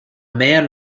man